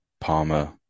Palmer